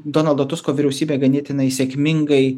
donaldo tusko vyriausybė ganėtinai sėkmingai